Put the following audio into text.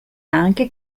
anche